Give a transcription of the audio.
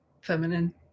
feminine